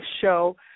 show